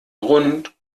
grund